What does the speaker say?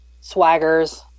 swaggers